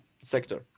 sector